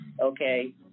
okay